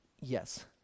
Yes